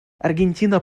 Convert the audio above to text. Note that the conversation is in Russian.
аргентина